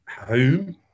home